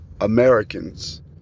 Americans